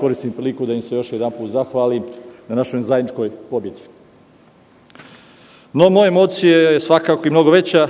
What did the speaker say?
Koristim priliku da vam se još jedanput zahvalim na našoj zajedničkoj pobedi. Moja emocija je svakako i veća,